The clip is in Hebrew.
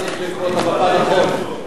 אתה צריך לקרוא את המפה נכון.